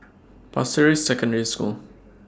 Pasir Ris Secondary School